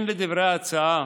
לדברי ההצעה,